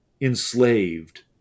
enslaved